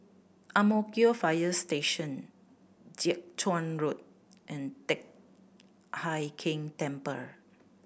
Ang Mo Kio Fire Station Jiak Chuan Road and Teck Hai Keng Temple